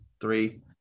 Three